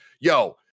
yo